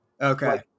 okay